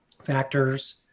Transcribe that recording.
factors